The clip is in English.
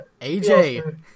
AJ